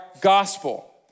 gospel